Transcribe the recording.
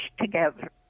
together